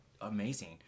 amazing